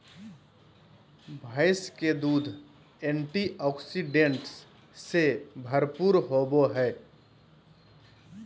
भैंस के दूध एंटीऑक्सीडेंट्स से भरपूर होबय हइ